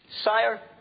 Sire